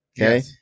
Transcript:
okay